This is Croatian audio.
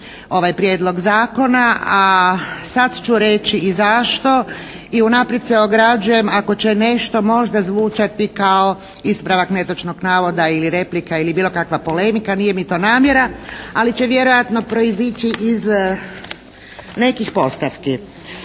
ovaj prijedlog zakona. A sad ću reći i zašto. I unaprijed se ograđujem ako će nešto možda zvučati kao ispravak netočnog navoda ili replika ili bilo kakva polemika. Nije mi to namjera. Ali će vjerojatno proizići iz nekih postavki.